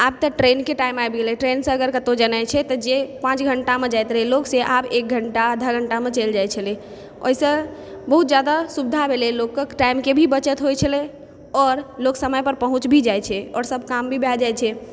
आब तऽ ट्रेनके टाइम आबि गेलै ट्रेनसँ अगर कतौ जेनाइ छै तऽ जे पाँच घण्टामे जाइत रहै लोक से आब एक घण्टा आधा घण्टामे चलि जाइत छलै ओहिसँ बहुत जादा सुविधा भेलै लोकके टाइमके भी बचत होइत छलै आओर लोक समयपर पहुँच भी जाइत छै आओर सब काम भी भए जाइ छै